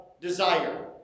desire